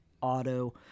auto